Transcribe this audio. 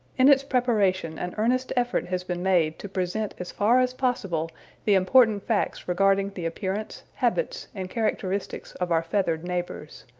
in its preparation an earnest effort has been made to present as far as possible the important facts regarding the appearance, habits and characteristics of our feathered neighbors.